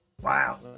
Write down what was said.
Wow